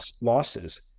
losses